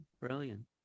brilliant